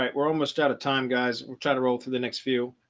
um we're almost out of time guys will try to roll for the next few.